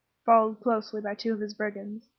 followed closely by two of his brigands.